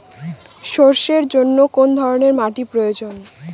সরষের জন্য কোন ধরনের মাটির প্রয়োজন?